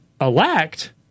elect